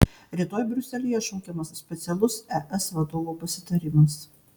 rytoj briuselyje šaukiamas specialus es vadovų pasitarimas